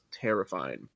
terrifying